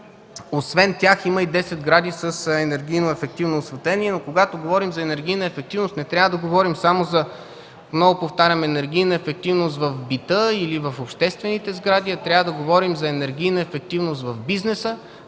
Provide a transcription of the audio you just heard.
Освен тях има и 10 сгради с енергийно ефективно осветление. Когато говорим за енергийна ефективност не трябва да говорим само за енергийна ефективност в бита или в обществените сгради, а трябва да говорим за енергийна ефективност в бизнеса,